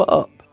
up